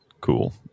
cool